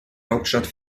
hauptstadt